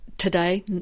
today